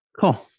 Cool